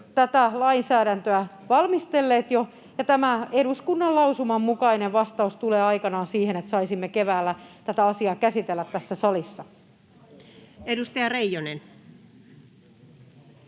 tätä lainsäädäntöä valmistelleet ja eduskunnan lausuman mukainen vastaus tulee aikanaan siihen, että saisimme keväällä tätä asiaa käsitellä tässä salissa. Edustaja Reijonen.